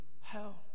hell